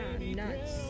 Nuts